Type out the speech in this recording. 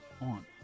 on